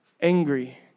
angry